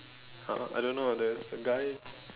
!huh! I don't know the the guy